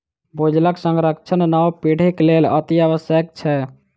भूजलक संरक्षण नव पीढ़ीक लेल अतिआवश्यक छै